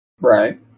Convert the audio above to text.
Right